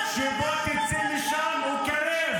--- שקר.